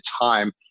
time